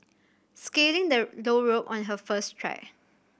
scaling the low rope on her first try